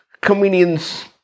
comedians